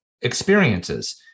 experiences